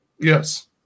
Yes